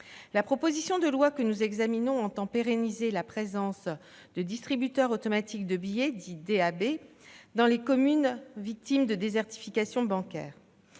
La proposition de loi que nous examinons entend pérenniser la présence de distributeurs automatiques de billets dans les communes victimes de désertification bancaire.